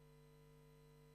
מה